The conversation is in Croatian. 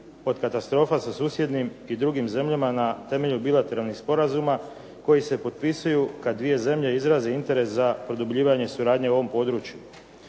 od katastrofa sa susjednim i drugim zemljama na temelju bilateralnih sporazuma, koji se potpisuju kada dvije zemlje izraze interes za produbljivanje suradnje u ovom području.